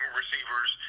receivers